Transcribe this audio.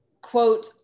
Quote